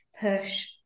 push